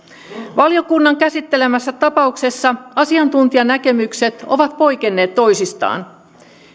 valiokunnan käsittelemässä tapauksessa asiantuntijanäkemykset ovat poikenneet toisistaan